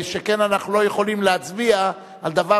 שכן אנחנו לא יכולים להצביע על דבר